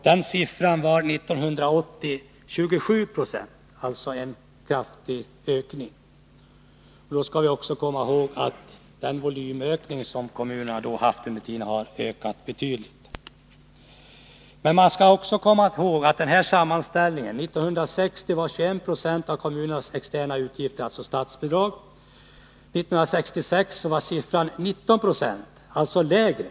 Den siffran var 1980 27 Jo, alltså en kraftig ökning. Vi skall komma ihåg att volymökningen i kommunerna under den tiden varit betydande. En sammanställning visar att för 1960 var 21 96 av kommunernas externa utgifter statsbidrag, medan siffran för 1966 var 19 96 — alltså lägre.